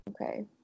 Okay